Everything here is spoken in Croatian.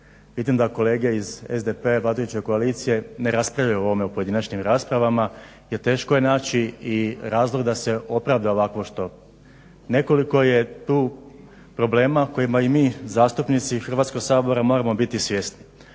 Vidim da kolege iz SDP-a vodeće koalicije ne raspravljaju u ovome u pojedinačnim raspravama jer teško je naći i razlog da se opravda ovakvo što. Nekolik je tu problema kojima i mi zastupnici Hrvatskog sabora moramo biti svjesni.